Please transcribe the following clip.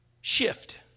shift